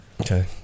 Okay